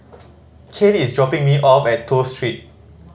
Cain is dropping me off at Toh Street